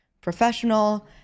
professional